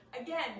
Again